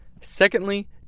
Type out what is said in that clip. Secondly